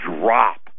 drop